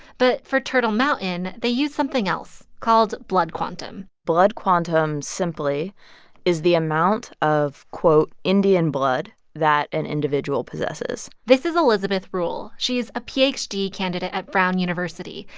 but for turtle mountain, they use something else, called blood quantum blood quantum simply is the amount of, quote, indian blood that an individual possesses this is elizabeth rule. she is a ph d. candidate at brown university,